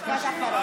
משפט אחרון.